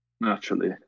Naturally